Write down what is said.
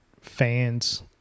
fans